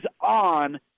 on –